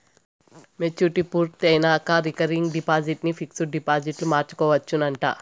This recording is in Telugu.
మెచ్యూరిటీ పూర్తయినంక రికరింగ్ డిపాజిట్ ని పిక్సుడు డిపాజిట్గ మార్చుకోవచ్చునంట